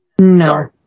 No